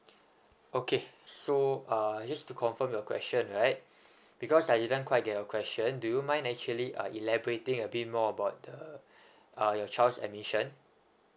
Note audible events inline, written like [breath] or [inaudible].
okay so uh just to confirm your question right because I didn't quite get your question do you mind actually uh elaborating a bit more about the [breath] uh your child's admission